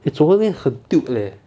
eh 昨天很 tilt leh